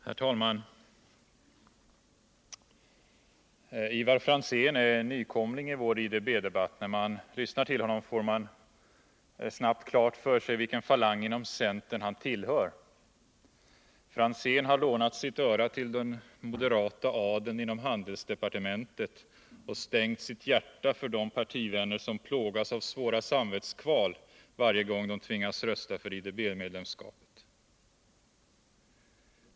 Herr talman! Ivar Franzén är nykomling i vår IDB-debatt. När man lyssnar till honom får man snabbt klart för sig vilken falang inom centern han tillhör. Han har lånat sitt öra till den moderata adeln inom handelsdepartementet och stängt sitt hjärta för de partivänner som plågas av svåra samvetskval varje gång de tvingas rösta för IDB-medlemskap.